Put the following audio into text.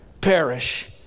perish